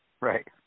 Right